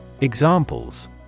Examples